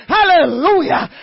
Hallelujah